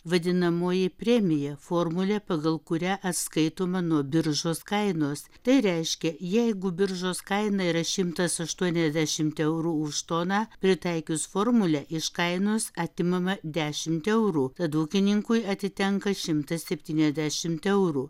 vadinamoji premija formulė pagal kurią atskaitoma nuo biržos kainos tai reiškia jeigu biržos kaina yra šimtas aštuoniasdešimt eurų už toną pritaikius formulę iš kainos atimama dešimt eurų tad ūkininkui atitenka šimtas setyniasdešimt eurų